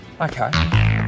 Okay